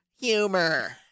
humor